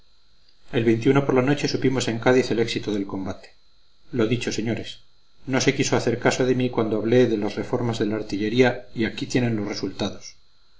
el por la noche supimos en cádiz el éxito del combate lo dicho señores no se quiso hacer caso de mí cuando hablé de las reformas de la artillería y aquí tienen los resultados